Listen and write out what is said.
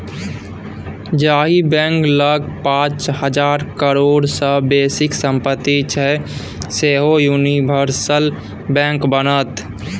जाहि बैंक लग पाच हजार करोड़ सँ बेसीक सम्पति छै सैह यूनिवर्सल बैंक बनत